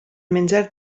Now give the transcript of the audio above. menjar